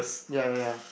ya ya ya